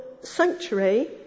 Sanctuary